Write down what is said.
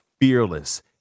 fearless